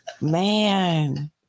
Man